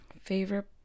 favorite